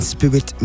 Spirit